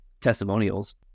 testimonials